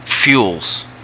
fuels